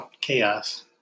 chaos